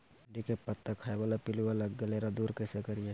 भिंडी के पत्ता खाए बाला पिलुवा लग गेलै हैं, एकरा दूर कैसे करियय?